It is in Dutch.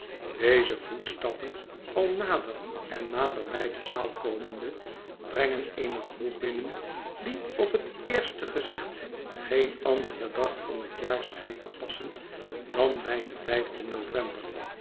deze voetstappen al nader en nader bij de zaal komende brengen eene groep binnen die op het eerste gezicht bij geen anderen dag van het jaar schijnt te passen dan bij den vijfden november